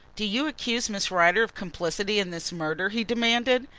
do you accuse miss rider of complicity in this murder? he demanded.